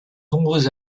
nombreux